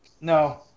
No